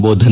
ಬೋಧನೆ